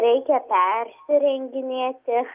reikia persirenginėti